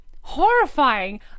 Horrifying